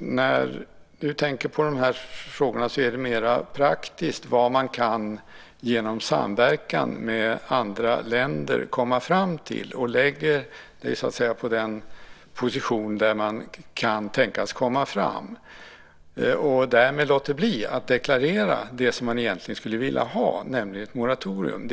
när du tänker på de här frågorna så gäller det mera praktiskt vad man genom samverkan med andra länder kan komma fram till, och av den anledningen lägger du dig i en position där man kan tänkas komma fram och låter därmed bli att deklarera det som man egentligen skulle vilja ha, nämligen ett moratorium?